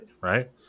right